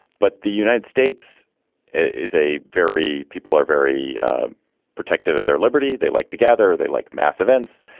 but the united states is a very people are very protective of their liberty. they like together. they like mass events.